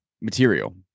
material